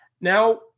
Now